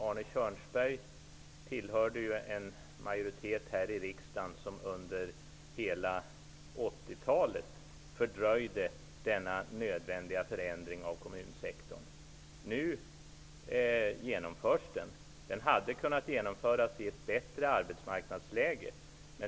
Arne Kjörnsberg tillhörde ju den majoritet här i riksdagen som under hela 80-talet fördröjde denna nödvändiga förändring av kommunsektorn. Nu genomförs den. Den hade kunnat genomföras i ett bättre arbetsmarknadsläge.